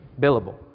billable